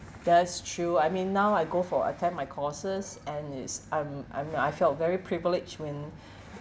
that's true I mean now I go for attempt my courses and it's I'm I mean I felt very privileged when